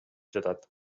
жатат